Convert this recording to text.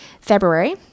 February